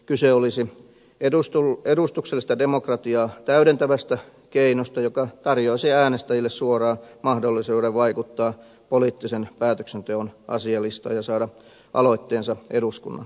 kyse olisi edustuksellista demokratiaa täydentävästä keinosta joka tarjoaisi äänestäjille suoran mahdollisuuden vaikuttaa poliittisen päätöksenteon asialistaan ja saada aloitteensa eduskunnan käsiteltäväksi